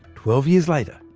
twelve years later,